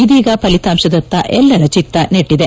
ಇದೀಗ ಫಲಿತಾಂಶದತ್ತ ಎಲ್ಲರ ಚಿತ್ತ ನೆಟ್ಲದೆ